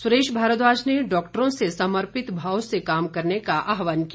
सुरेश भारद्वाज ने डॉक्टरों से समर्पित भाव से काम करने का आहवान किया